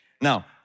Now